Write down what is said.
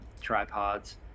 tripods